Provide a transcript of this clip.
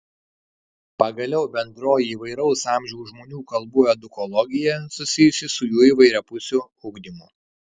pagaliau bendroji įvairaus amžiaus žmonių kalbų edukologija susijusi su jų įvairiapusiu ugdymu